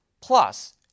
plus